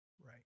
right